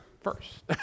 first